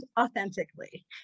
authentically